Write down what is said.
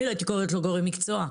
לא הייתי קוראת לו גורם מקצוע,